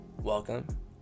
welcome